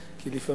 ובכן,